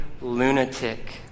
lunatic